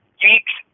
geeks